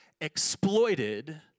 exploited